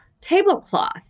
tablecloth